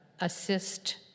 assist